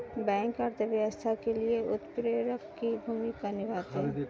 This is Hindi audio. बैंक अर्थव्यवस्था के लिए उत्प्रेरक की भूमिका निभाते है